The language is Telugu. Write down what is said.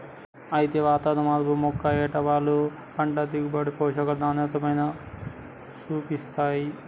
అయితే వాతావరణం మార్పు యొక్క ఏటవాలు పంట దిగుబడి, పోషకాల నాణ్యతపైన సూపిస్తాయి